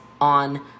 on